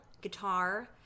guitar